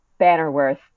Bannerworth